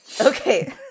Okay